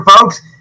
folks